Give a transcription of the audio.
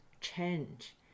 change